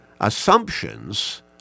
assumptions